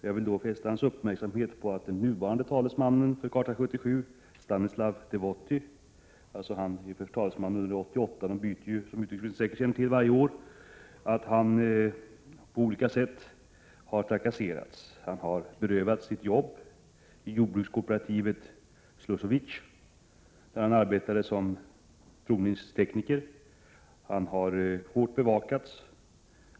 Jag vill därför fästa hans uppmärksamhet på att den nuvarande talesmannen för Charta 77, Stanislav Devaty — som utrikesministern säkert känner till, byter man ju talesman varje år — på olika sätt har trakasserats. Han har berövats sitt arbete i jordbrukskooperativet Slusovice, där han arbetade som provningstekniker. Han har varit hårdbevakad.